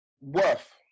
worth